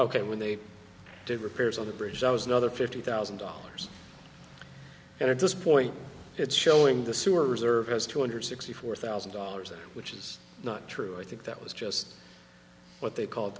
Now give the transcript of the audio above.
ok when they did repairs on the bridge i was another fifty thousand dollars and at this point it's showing the sewer reserve has two hundred sixty four thousand dollars which is not true i think that was just what they called